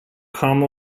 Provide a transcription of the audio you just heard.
come